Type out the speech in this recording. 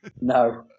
No